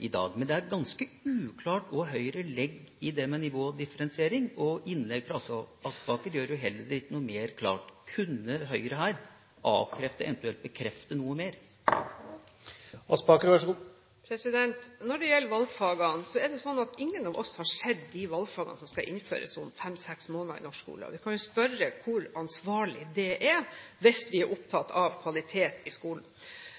i dag. Men det er ganske uklart hva Høyre legger i «nivådifferensiering». Innlegget fra Aspaker gjør det heller ikke mer klart. Kunne Høyre her avkrefte, eventuelt bekrefte, noe mer? Når det gjelder valgfagene, er det sånn at ingen av oss har sett de valgfagene som skal innføres om fem–seks måneder i norsk skole. Vi kan jo spørre hvor ansvarlig det er, hvis vi er opptatt av kvalitet i skolen.